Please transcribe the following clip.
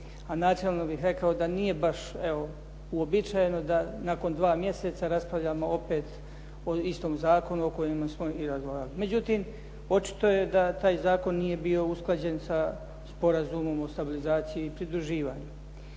A načelno bih rekao da nije baš evo uobičajeno da nakon dva mjeseca raspravljamo opet o istom zakonu o kojem smo i razgovarali. Međutim, očito je da taj zakon nije bio usklađen sa Sporazumom o stabilizaciji i pridruživanju.